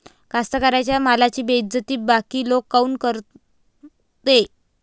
कास्तकाराइच्या मालाची बेइज्जती बाकी लोक काऊन करते?